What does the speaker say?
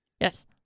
Yes